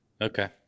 Okay